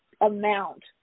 amount